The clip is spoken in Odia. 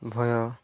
ଭୟ